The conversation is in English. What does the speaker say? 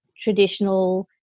traditional